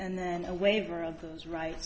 and then a waiver of those right